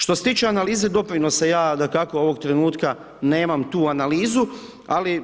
Što se tiče analize doprinosa, ja dakako ovoga trenutka nemam tu analizu, ali